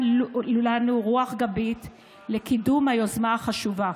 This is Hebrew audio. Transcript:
לנו רוח גבית לקידום היוזמה החשובה.